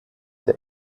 der